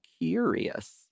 curious